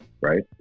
right